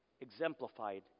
Exemplified